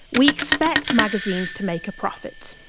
we expect magazines to make a profit.